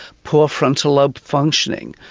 poor frontal lobe functioning,